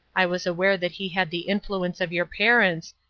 i was aware that he had the influence of your parents,